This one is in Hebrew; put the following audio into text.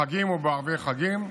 בחגים ובערבי חגים,